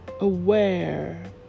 aware